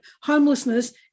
homelessness